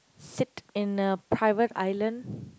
sit in a private island